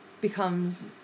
becomes